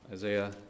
Isaiah